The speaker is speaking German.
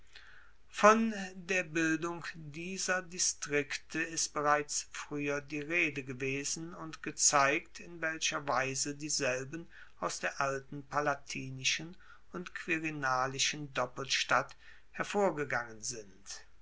von der bildung dieser distrikte ist bereits frueher die rede gewesen und gezeigt in welcher weise dieselben aus der alten palatinischen und quirinalischen doppelstadt hervorgegangen sind